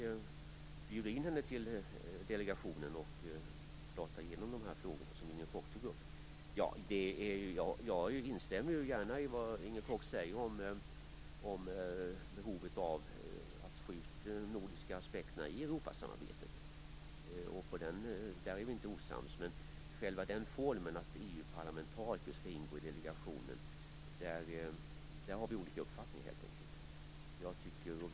Men bjud in samarbetsministern till delegationen och prata igenom de frågor som Inger Koch tog upp! Jag instämmer gärna i det som Inger Koch säger om behovet av att få ut de nordiska aspekterna i Europasamarbetet. Där är vi inte osams. Men när det gäller att EU-parlamentariker skall ingå i delegationen har vi helt enkelt olika uppfattning.